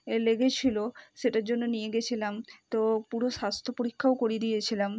এ লেগেছিল সেটার জন্য নিয়ে গেছিলাম তো পুরো স্বাস্থ্য পরীক্ষাও করিয়ে দিয়েছিলাম